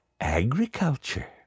agriculture